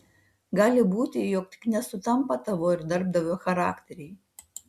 gali būti jog tik nesutampa tavo ir darbdavio charakteriai